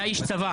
אתה איש צבא.